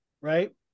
right